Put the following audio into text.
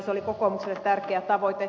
se oli kokoomukselle tärkeä tavoite